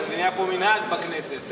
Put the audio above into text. זה נהיה פה מנהג בכנסת.